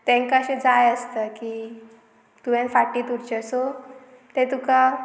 तांकां अशें जाय आसता की तुवें फाटीत उरचें सो तें तुका